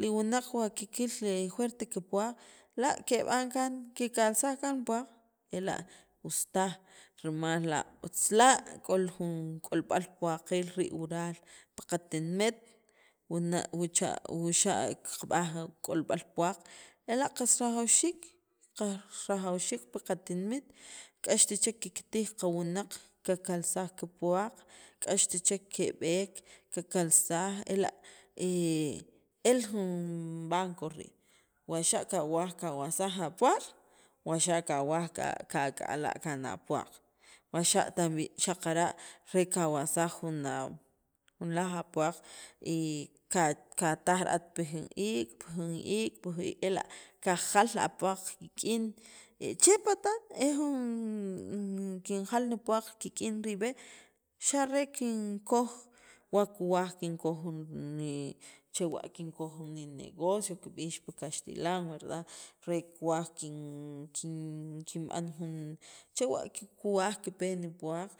li wunaq wa kikil juert kipuwaq la' kib'an kaan kikalsaj kaan li puwaq ela' us taj rimal la' otzla' k'ol jun k'olb'al puwaqiil rii' pil qatinimet wana' wucha wuxa' kab'aj k'olb'al ela' qas rajawxiik pi qatinimit k'axti chek kiktij li qawunaq kakalsaj kipuwaq k'axt chek keb'eek kekalsaj ela' el jun banco rii' wa xa' kawaj kawalsaj apuwaq wa xa' kawaj kak'la' kaan apuwaq wuxa' tamb'i xaqara' re kawalsajjun laj apuwaq ka kajtaj ra'at pi jun iik', pi jun iik' ela' qajal apuwaq kik'in che ripatan e jun kinjal nipuwaq kik'in ribe' xa' re kinkoj wakuwaj kinkoj nichewa' kinkoj ni negocio kib'ix pi kaxtilan verdad re kuwaj kin kinb'an jun chewa' kuwaj kipe nipuwaq